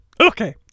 Okay